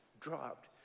dropped